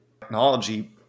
technology